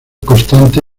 constante